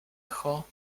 echo